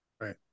Right